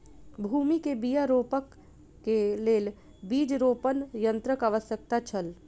भूमि में बीया रोपअ के लेल बीज रोपण यन्त्रक आवश्यकता छल